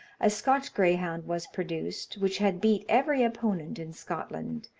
a scotch greyhound was produced, which had beat every opponent in scotland.